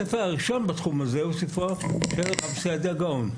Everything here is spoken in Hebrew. הספר הראשון בתחום הזה הוא ספרו של הרב סעדיה גאון,